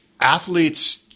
athletes